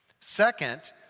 Second